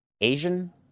Asian